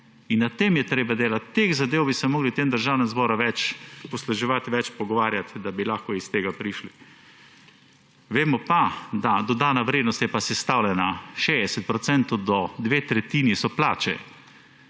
In na tem je treba delati, teh zadev bi se morali v tem državnem zboru več posluževati, se več o njih pogovarjati, da bi lahko iz tega prišli. Vemo, da dodana vrednost je pa sestavljena: od 60 % do dve tretjini so plače,